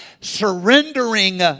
surrendering